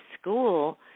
school –